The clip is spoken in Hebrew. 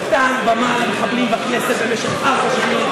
נתן במה למחבלים בכנסת במשך ארבע שנים.